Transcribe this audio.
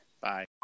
Bye